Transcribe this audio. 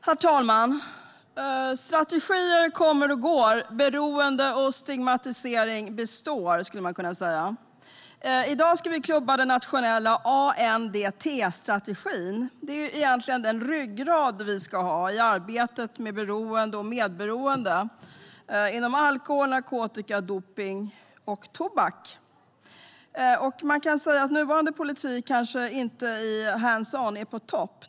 En samlad strategi för alkohol-, narkotika-, dopnings och tobaks-politiken 2016-2020 Herr talman! Strategier kommer och går; beroende och stigmatisering består. I dag debatterar vi den nationella ANDT strategin. Det är egentligen den ryggrad vi ska ha i arbetet med beroende och medberoende av alkohol, narkotika, dopning och tobak. Nuvarande politik är kanske inte hands on på topp.